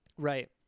Right